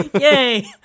yay